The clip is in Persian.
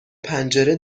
پنجره